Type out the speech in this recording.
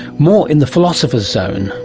more in the philosopher's zone,